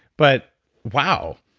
but wow.